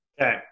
Okay